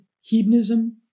hedonism